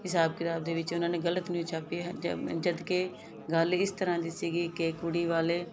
ਹਿਸਾਬ ਕਿਤਾਬ ਦੇ ਵਿੱਚ ਉਹਨਾਂ ਨੇ ਗਲਤ ਨਿਊਜ਼ ਛਾਪੀ ਹੈ ਜਬ ਜਦ ਕਿ ਗੱਲ ਇਸ ਤਰ੍ਹਾਂ ਦੀ ਸੀਗੀ ਕਿ ਕੁੜੀ ਵਾਲੇ